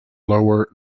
lower